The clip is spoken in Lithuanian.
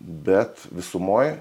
bet visumoj